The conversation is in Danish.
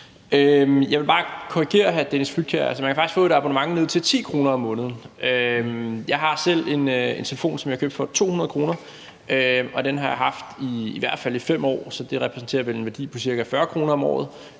Altså, man kan faktisk få et abonnement ned til 10 kr. om måneden. Jeg har selv en telefon, som jeg købte for 200 kr., og den har jeg haft i hvert fald i 5 år, så den repræsenterer en værdi på ca. 40 kr. om året,